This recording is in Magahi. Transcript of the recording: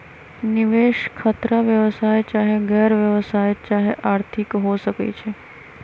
निवेश खतरा व्यवसाय चाहे गैर व्यवसाया चाहे आर्थिक हो सकइ छइ